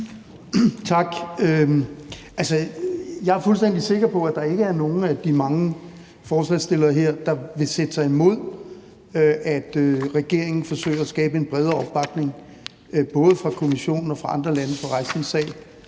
Tak. Jeg er jo fuldstændig sikker på, at der ikke er nogen af de mange forslagsstillere her, der vil sætte sig imod, at regeringen forsøger at skabe en bredere opbakning både fra Kommissionen og fra andre lande til at rejse en sag.